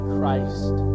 Christ